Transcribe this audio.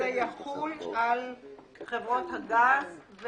זה יחול על חברות הגז,